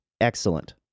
excellent